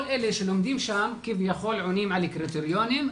כל אלה שלומדים שם, כביכול עונים על קריטריונים.